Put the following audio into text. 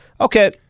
okay